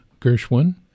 Gershwin